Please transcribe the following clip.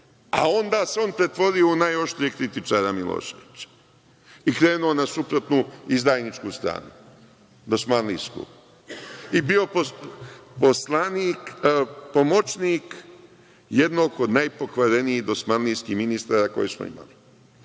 a onda se on pretvorio u najoštrijeg kritičara Miloševića i krenuo na suprotnu izdajničku stranu, dosmanlijsku, i bio pomoćnik jednog od najpokvarenijih dosmanlijskih ministara koje smo imali,